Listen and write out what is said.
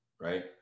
right